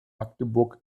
magdeburg